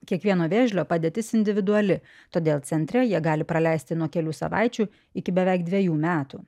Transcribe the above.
kiekvieno vėžlio padėtis individuali todėl centre jie gali praleisti nuo kelių savaičių iki beveik dvejų metų